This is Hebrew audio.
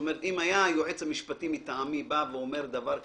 אם היה היועץ המשפטי מטעמי בא ואומר דבר כזה,